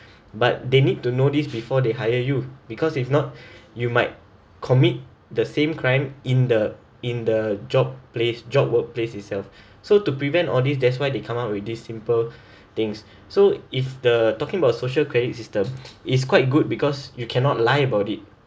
but they need to know this before they hire you because if not you might commit the same crime in the in the job place job workplace itself so to prevent all these that's why they come up with this simple things so if the talking about social credit system it's quite good because you cannot lie about it